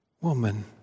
Woman